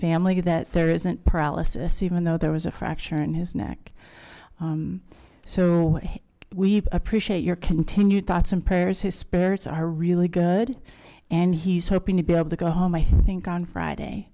family that there isn't paralysis even though there was a fracture in his neck so we appreciate your continued thoughts and prayers his spirits are really good and he's hoping to be able to go home i think on friday